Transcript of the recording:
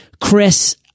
Chris